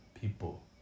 people